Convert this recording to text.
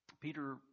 Peter